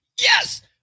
Yes